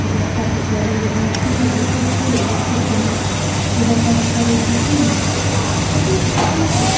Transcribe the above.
पूजा पाठ करैलए जाइ छी तऽ देखै छिए लोकसब कोना पूजा पाठ करै छथिन तऽ ओतहु सिखलहुँ